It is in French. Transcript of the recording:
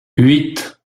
huit